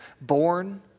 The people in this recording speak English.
born